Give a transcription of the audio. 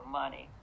money